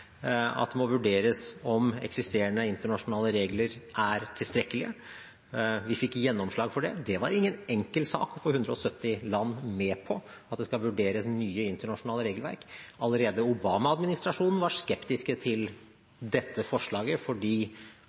at det må vurderes om eksisterende internasjonale regler er tilstrekkelige. Vi fikk gjennomslag for det. Det var ingen enkel sak å få 170 land med på at det skal vurderes nye internasjonale regelverk. Allerede Obama-administrasjonen var skeptiske til dette forslaget, fordi